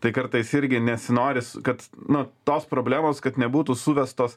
tai kartais irgi nesinoris kad nu tos problemos kad nebūtų suvestos